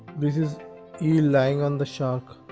this is eel lying on the shark